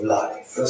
life